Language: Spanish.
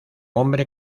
hombre